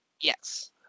Yes